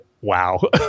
Wow